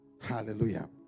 Hallelujah